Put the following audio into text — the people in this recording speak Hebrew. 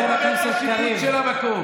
אני הולך לקבל את השיפוט של המקום?